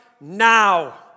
now